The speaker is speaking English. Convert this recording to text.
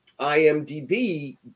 IMDB